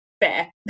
fair